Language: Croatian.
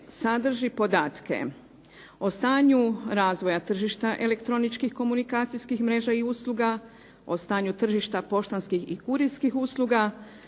sadrži podatke o stanju razvoja tržišta elektroničkih komunikacijskih mreža i usluga, o stanju tržišta poštanskih i kurirskih usluga,